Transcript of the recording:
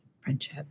friendship